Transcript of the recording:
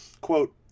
quote